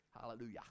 Hallelujah